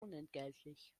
unentgeltlich